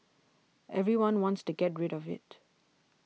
everyone wants to get rid of it